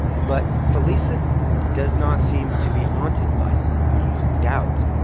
but felisa does not seem to be haunted by these doubts.